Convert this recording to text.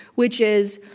which is,